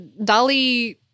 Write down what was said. Dali